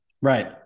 Right